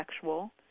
sexual